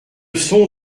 son